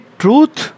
truth